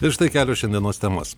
ir štai kelios šiandienos temos